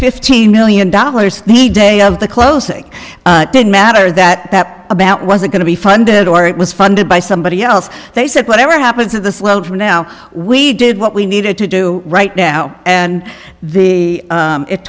fifteen million dollars the day of the closing didn't matter that that about was it going to be funded or it was funded by somebody else they said whatever happens is the slope for now we did what we needed to do right now and the